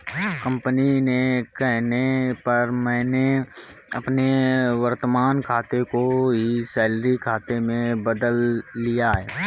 company के कहने पर मैंने अपने वर्तमान खाते को ही सैलरी खाते में बदल लिया है